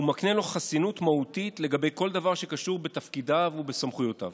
ומקנה לו חסינות מהותית לגבי כל דבר שקשור בתפקידו ובסמכויותיו.